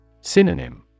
Synonym